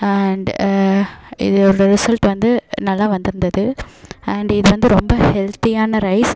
and இதோடய result வந்து நல்லா வந்துருந்தது அண்ட் இது வந்து ரொம்ப ஹெல்த்தியான ரைஸ்